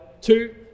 Two